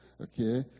okay